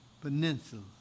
Peninsula